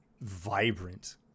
vibrant